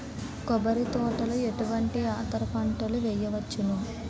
కొబ్బరి తోటలో ఎటువంటి అంతర పంటలు వేయవచ్చును?